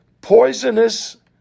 poisonous